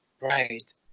Right